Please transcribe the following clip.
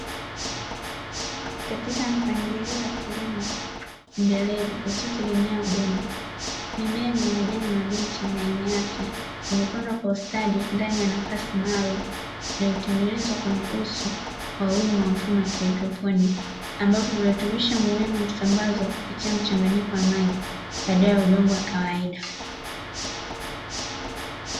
Katika mpangilio wa kilimo endelevu, usiotegemea udongo, mimea yenye majani mabichi na yenye afya, imepangwa kwa ustadi ndani ya nafasi maalumu, iliyotengenezwa kwenye uso wa wima wa mfumo wa kihedroponi, ambapo virutubisho muhimu husambazwa kupitia mchanganyiko wa maji badala ya udongo wa kawaida.